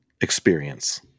experience